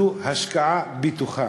זו השקעה בטוחה.